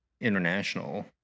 International